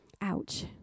Ouch